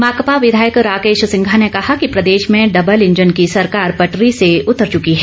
माकपा विधायक राकेश सिंघा ने कहा कि प्रदेश में डबल इंजन की सरकार पटरी से उतर चुकी है